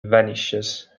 vanishes